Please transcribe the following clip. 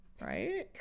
right